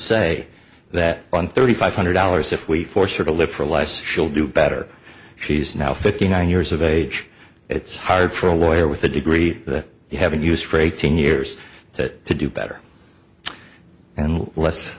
say that on thirty five hundred dollars if we force her to live her life she'll do better she's now fifty nine years of age it's hard for a lawyer with a degree that you haven't used for eighteen years to to do better and